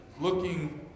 looking